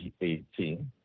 2018